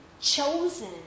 chosen